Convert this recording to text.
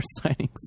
signings